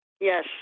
Yes